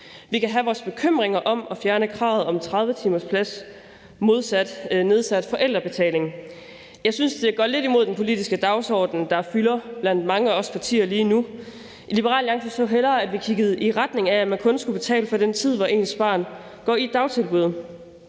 Vi kan have vores bekymringer om at fjerne kravet om en 30-timersplads mod nedsat forældrebetaling. Jeg synes, det går lidt imod den politiske dagsorden, der fylder blandt mange af os partier lige nu. Liberal Alliance så hellere, at vi kiggede i retning af, at man kun skulle betale for den tid, ens barn går i dagtilbud.